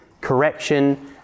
correction